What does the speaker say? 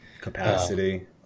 capacity